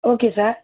okay sir